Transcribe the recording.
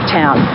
town